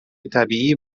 طبیعی